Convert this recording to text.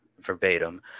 verbatim